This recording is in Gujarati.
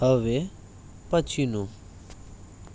હવે પછીનું